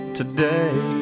today